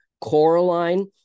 Coraline